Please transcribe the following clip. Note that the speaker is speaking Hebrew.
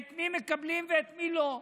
את מי מקבלים ואת מי לא.